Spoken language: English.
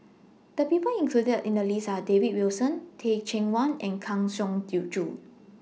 The People included in The list Are David Wilson Teh Cheang Wan and Kang Siong Joo